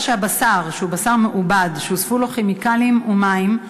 שבשר שהוא בשר מעובד שהוספו לו כימיקלים ומים,